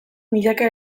milaka